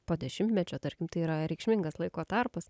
po dešimtmečio tarkim tai yra reikšmingas laiko tarpas